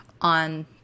on